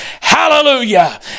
Hallelujah